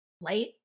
light